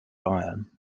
iron